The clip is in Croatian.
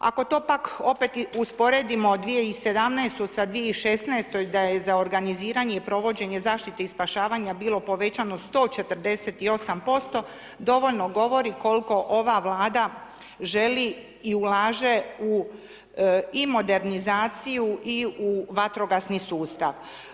Ako to pak opet usporedimo 2017. sa 2016. da je za organiziranje i provođenje zaštite i spašavanja bilo povećano 148% dovoljno govori kolko ova Vlada želi i ulaže u i modernizaciju i u vatrogasni sustav.